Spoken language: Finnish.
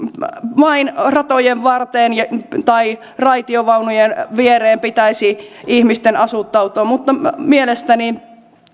vain ratojen varteen tai raitiovaunujen viereen pitäisi ihmisten asuttautua mutta mielestäni